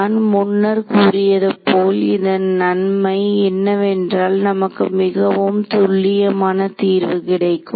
நான் முன்னர் கூறியது போல இதன் நன்மை என்னவென்றால் நமக்கு மிகவும் துல்லியமான தீர்வு கிடைக்கும்